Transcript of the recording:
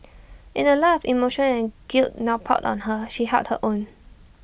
in the light of the emotion and guilt now piled on her she held her own